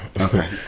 Okay